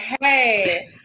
hey